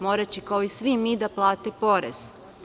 Moraće, kao i svi mi, da plate porez.